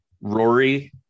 Rory